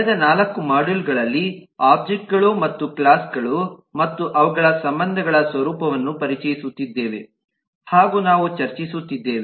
ಕಳೆದ 4 ಮಾಡ್ಯೂಲ್ ಗಳಲ್ಲಿ ಒಬ್ಜೆಕ್ಟ್ ಗಳು ಮತ್ತು ಕ್ಲಾಸ್ ಗಳು ಮತ್ತು ಅವುಗಳ ಸಂಬಂಧಗಳ ಸ್ವರೂಪವನ್ನು ಪರಿಚಯಿಸುತ್ತಿದ್ದೇವೆ ಹಾಗೂ ನಾವು ಚರ್ಚಿಸುತ್ತಿದ್ದೇವೆ